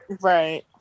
Right